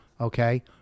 okay